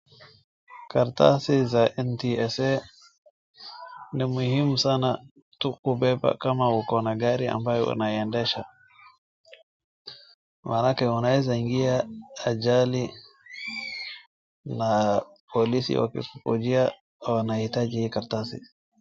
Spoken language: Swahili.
Karatasi za Ntsa ni muhimu sana tu kubeba kama ukona gari ambayo unaendesha. Maanake unaeza ingia ajali na polisi wakikukujia wanahitaji hii karatasi.